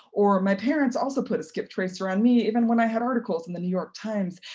or my parents also put a skip tracer on me even when i had articles in the new york times,